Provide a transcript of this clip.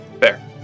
Fair